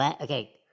Okay